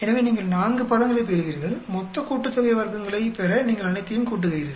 எனவே நீங்கள் 4 பதங்களைப் பெறுவீர்கள் மொத்த கூட்டுத்தொகை வர்க்கங்களை பெற நீங்கள் அனைத்தையும் கூட்டுகிறீர்கள்